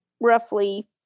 roughly